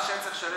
מה שהיה צריך לשלם